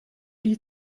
die